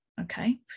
okay